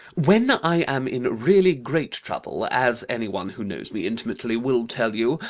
when i am in really great trouble, as any one who knows me intimately will tell you,